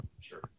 Sure